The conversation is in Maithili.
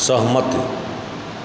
सहमति